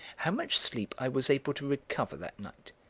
how much sleep i was able to recover that night,